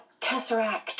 Tesseract